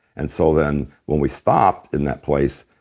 and so then when we stopped in that place,